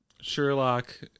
Sherlock